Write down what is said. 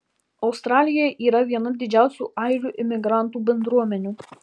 australijoje yra viena didžiausių airių imigrantų bendruomenių